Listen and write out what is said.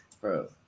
bro